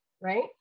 right